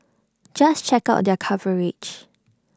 just check out their coverage